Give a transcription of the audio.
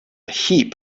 heap